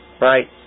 right